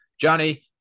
johnny